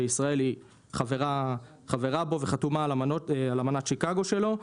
שישראל חברה בו וחתומה על אמנת שיקגו שלו,